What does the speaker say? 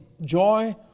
joy